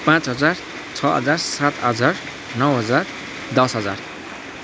पाँच हजार छ हजार सात हजार नौ हजार दस हजार